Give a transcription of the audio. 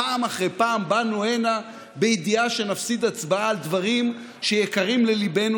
פעם אחרי פעם באנו הנה בידיעה שנפסיד בהצבעה על דברים שיקרים לליבנו,